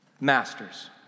masters